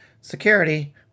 security